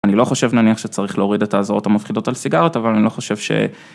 אני לא חושב, נניח, שצריך להוריד את האזהרות המפחידות על סיגרות, אבל אני לא חושב ש...